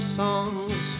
songs